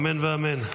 אמן ואמן.